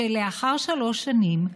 שלאחר שלוש שנים,